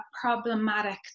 problematic